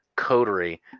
Coterie